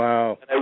Wow